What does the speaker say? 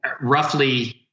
roughly